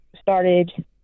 started